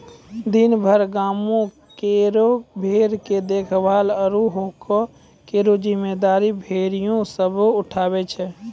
दिनभर गांवों केरो भेड़ के देखभाल आरु हांके केरो जिम्मेदारी गड़ेरिया सब उठावै छै